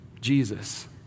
Jesus